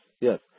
yes